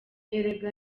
erega